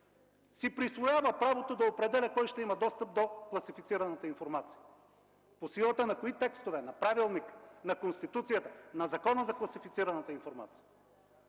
си присвоява правото да определя кой ще има достъп до класифицираната информация? По силата на кои текстове – на правилника, на Конституцията, на Закона за класифицираната информация?